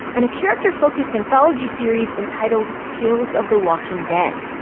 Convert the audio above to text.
and a character-focused anthology series entitled tales of the walking dead.